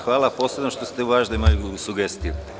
Hvala posebno što ste uvažili moju sugestiju.